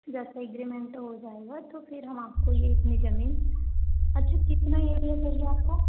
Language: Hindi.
अगर एग्रीमेंट हो जाएगा तो फिर हम आपको यह इतनी जमीन अच्छा कितना एरिया चाहिए आपको